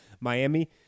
Miami